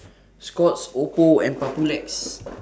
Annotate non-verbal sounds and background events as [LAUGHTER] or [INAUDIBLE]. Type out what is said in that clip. [NOISE] Scott's Oppo and Papulex